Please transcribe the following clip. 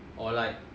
or like